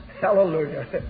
Hallelujah